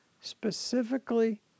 specifically